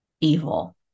evil